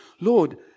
Lord